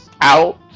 out